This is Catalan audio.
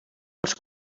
els